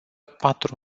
patru